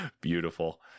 Beautiful